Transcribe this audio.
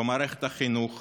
במערכת החינוך